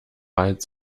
als